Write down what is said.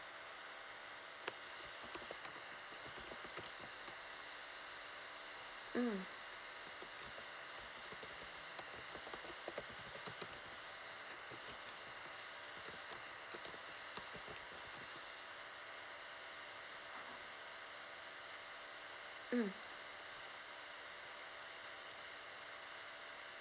mm mm